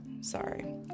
sorry